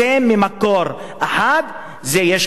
יש כאלה שרואים כי ה-superior,